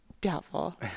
doubtful